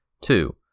Two